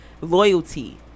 Loyalty